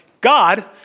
God